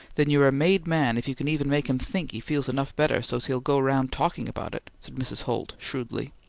then you're a made man if you can even make him think he feels enough better so's he'll go round talking about it, said mrs. holt, shrewdly.